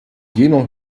jener